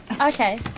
Okay